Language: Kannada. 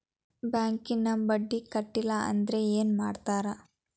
ಬ್ಯಾಂಕಿನ ಬಡ್ಡಿ ಕಟ್ಟಲಿಲ್ಲ ಅಂದ್ರೆ ಏನ್ ಮಾಡ್ತಾರ?